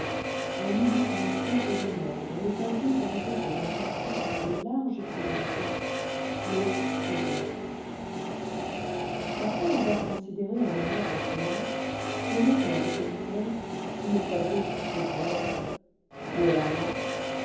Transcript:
on eût dit une tête de mort dont les orbites auraient été remplacées par de larges prunelles fixes glauques et vertes après l'avoir considéré un moment en silence le notaire dit au vicomte d'une voix brusque et brève où est l'argent